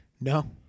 No